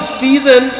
season